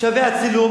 שווה הצילום,